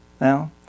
Now